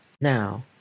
Now